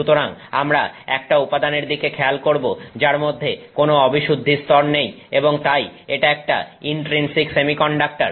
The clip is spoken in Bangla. সুতরাং আমরা একটা উপাদানের দিকে খেয়াল করব যার মধ্যে কোনো অবিশুদ্ধি স্তর নেই এবং তাই এটা একটা ইনট্রিনসিক সেমিকন্ডাক্টর